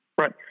right